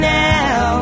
now